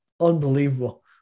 Unbelievable